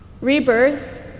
Rebirth